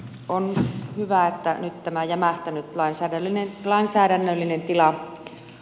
olisi hyvä että nyt tämä jämähtänyt lainsäädännöllinen tila saataisiin eteenpäin